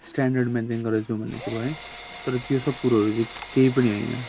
standard maintain गरेको छौँ भन्ने कुरो है तर त्यो सब कुरोहरू चाहिँ केही पनि होइन